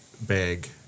bag